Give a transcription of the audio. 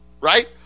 Right